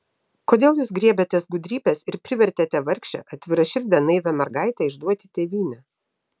kodėl jūs griebėtės gudrybės ir privertėte vargšę atviraširdę naivią mergaitę išduoti tėvynę